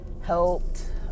helped